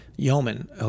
Yeoman